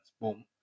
boom